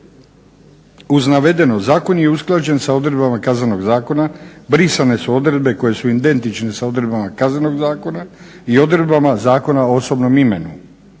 Uz navedeno zakon je usklađen sa odredbama Kaznenog zakona, brisane su odredbe koje su identične sa odredbama Kaznenog zakona i odredbama Zakona o osobnom imenu.